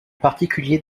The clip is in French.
particulier